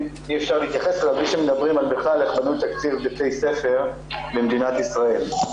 בלי שמדברים על איך בנוי תקציב בתי ספר במדינת ישראל,